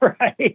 Right